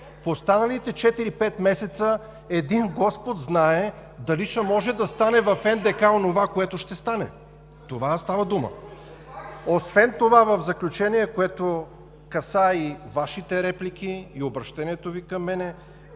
в останалите 4-5 месеца, един Господ знае, дали ще може да стане в НДК онова, което ще стане. За това става дума. В заключение, което касае и Вашите реплики и обръщението Ви към мен,